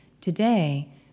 Today